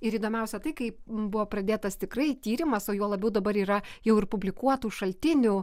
ir įdomiausia tai kaip buvo pradėtas tikrai tyrimas o juo labiau dabar yra jau ir publikuotų šaltinių